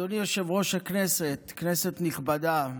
אדוני יושב-ראש הכנסת, כנסת נכבדה,